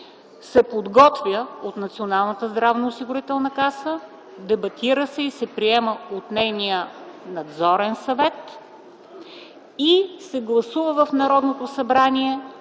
каса, дебатира се и се приема от нейния Надзорен съвет и се гласува в Народното събрание